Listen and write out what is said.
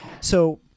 So-